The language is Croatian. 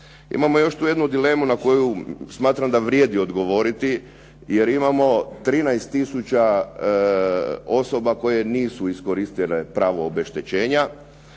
Imamo još tu jednu dilemu na koju smatram da vrijedi odgovoriti, jer imamo 13 tisuća osoba koje nisu iskoristile pravo obeštećenja.